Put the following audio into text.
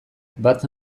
bat